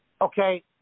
Okay